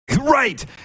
Right